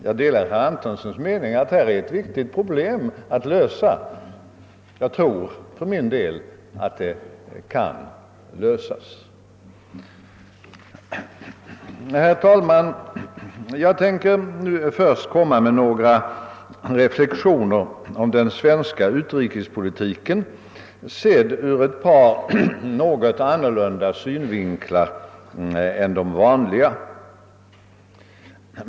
Jag delar herr Antonssons uppfattning att detta är ett viktigt problem, men jag tror för min del att det kan lösas. Herr talman! Jag tänker nu först gö ra några reflexioner om den svenska utrikespolitiken, sedd ur ett par något andra synvinklar än de vanliga.